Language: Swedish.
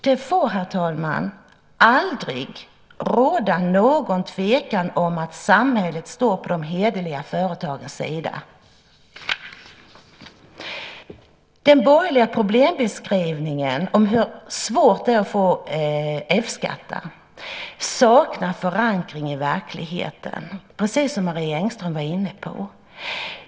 Det får, herr talman, aldrig råda någon tvekan om att samhället står på de hederliga företagens sida. Den borgerliga problembeskrivningen om hur svårt det är att få F-skattsedel saknar förankring i verkligheten, precis som Marie Engström var inne på.